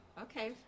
okay